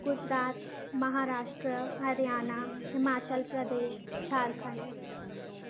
Gujarat Maharashtra Haryana Himachal Pradesh Jharkhand